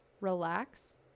relax